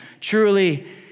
truly